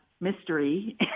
mystery